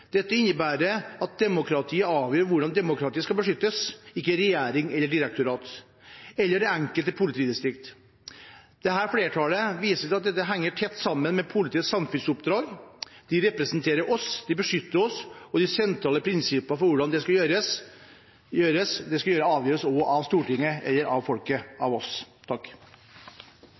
innebærer at demokratiet avgjør hvordan demokratiet skal beskyttes, ikke regjering eller direktorat, eller det enkelte politidistrikt». Videre står det: «Dette flertallet viser til at dette henger tett sammen med politiets samfunnsoppdrag: De representerer oss, de beskytter oss og de sentrale prinsippene for hvordan de skal gjøre dette, avgjøres av oss.» Dette er en særdeles viktig og